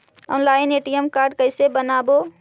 Online ATM card कैसे बनाबौ?